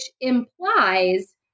implies